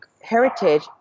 heritage